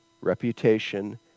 reputation